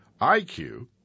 IQ